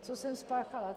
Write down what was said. Co jsem spáchala?